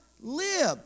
Live